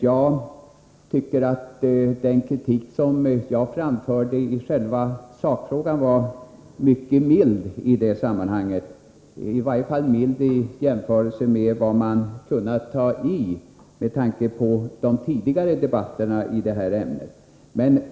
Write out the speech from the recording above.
Jag tycker att den kritik som jag framförde i själva sakfrågan var mycket mild i sammanhanget, i varje fall med tanke på de tidigare debatterna i detta ämne.